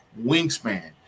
wingspan